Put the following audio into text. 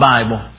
Bible